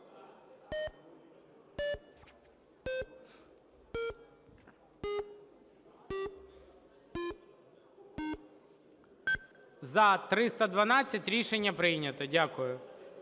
За-312 Рішення прийнято. Дякую.